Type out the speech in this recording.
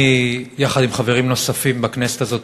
יחד עם חברים נוספים בכנסת הזאת,